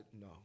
no